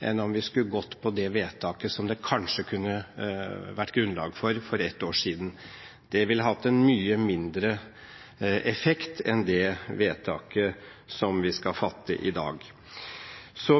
enn om vi skulle gått for det vedtaket som det kanskje kunne vært grunnlag for for et år siden. Det ville hatt en mye mindre effekt enn det vedtaket som vi skal fatte i dag.